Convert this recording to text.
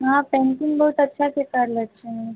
हँ पेंटिंग बहुत अच्छासँ करि लैत छियनि